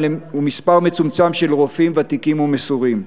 ומספר מצומצם של רופאים ותיקים ומסורים.